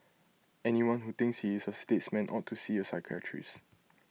anyone who thinks he is A statesman ought to see A psychiatrist